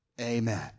Amen